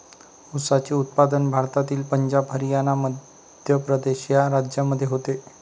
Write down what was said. ऊसाचे उत्पादन भारतातील पंजाब हरियाणा मध्य प्रदेश या राज्यांमध्ये होते